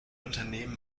unternehmen